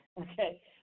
Okay